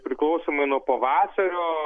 priklausomai nuo pavasario